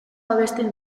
abesten